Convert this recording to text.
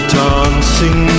dancing